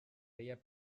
feia